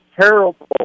terrible